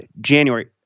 January—